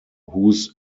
whose